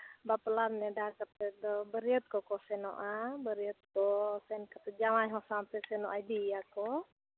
ᱵᱟᱯᱞᱟ ᱱᱮᱰᱟ ᱠᱟᱛᱮᱫ ᱫᱚ ᱵᱟᱹᱨᱭᱟᱹᱛ ᱠᱚᱠᱚ ᱥᱮᱱᱚᱜᱼᱟ ᱵᱟᱹᱨᱭᱟᱹᱛ ᱠᱚ ᱥᱮᱱ ᱠᱟᱛᱮᱫ ᱡᱟᱶᱟᱭ ᱦᱚᱸ ᱥᱟᱶᱛᱮ ᱥᱮᱱᱚᱜ ᱟᱭ ᱤᱫᱤᱭᱮᱭᱟᱠᱚ